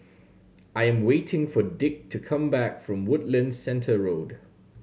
I am waiting for Dick to come back from Woodlands Centre Road